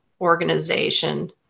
organization